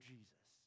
Jesus